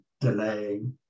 delaying